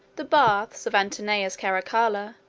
the baths of antoninus caracalla,